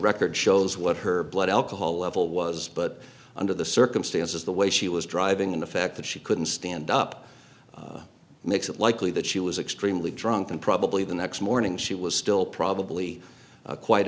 record shows what her blood alcohol level was but under the circumstances the way she was driving in the fact that she couldn't stand up makes it likely that she was extremely drunk and probably the next morning she was still probably quite